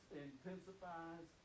intensifies